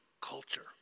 culture